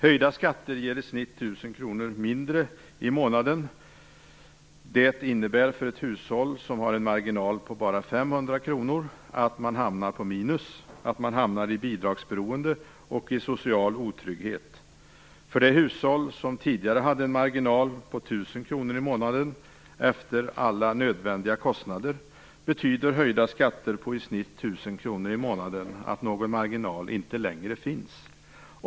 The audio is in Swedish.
Höjda skatter ger i genomsnitt 1 000 kr mindre i månaden. För ett hushåll som har en marginal på bara 500 kr innebär det att man hamnar på minus, att man hamnar i bidragsberoende och i social otrygghet. För det hushåll som tidigare hade en marginal på 1 000 kr i månaden efter alla nödvändiga kostnader betyder höjda skatter på i genomsnitt 1 000 kr i månaden att det inte finns någon marginal längre.